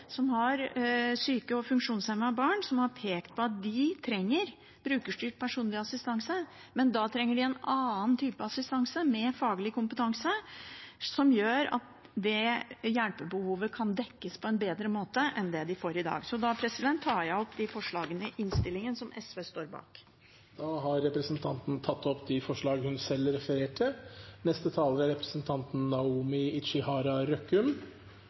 som har syke og funksjonshemmede barn, som har pekt på at de trenger brukerstyrt personlig assistanse, men da trenger de en annen type assistanse, med faglig kompetanse, som gjør at det hjelpebehovet kan dekkes på en bedre måte enn i dag. Da tar jeg opp de forslagene i innstillingen som SV står bak. Representanten Karin Andersen har tatt opp de forslagene hun refererte til. Det er flott at vi debatterer BPA-ordningen. Dette likestillingsverktøyet er